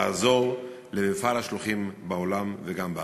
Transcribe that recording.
לעזור למפעל השלוחים בעולם וגם בארץ.